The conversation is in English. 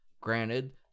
Granted